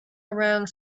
around